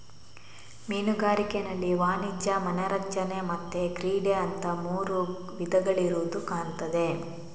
ಮೀನುಗಾರಿಕೆನಲ್ಲಿ ವಾಣಿಜ್ಯ, ಮನರಂಜನೆ ಮತ್ತೆ ಕ್ರೀಡೆ ಅಂತ ಮೂರು ವಿಧಗಳಿರುದು ಕಾಣ್ತದೆ